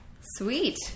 Sweet